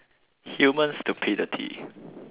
human stupidity